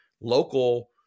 local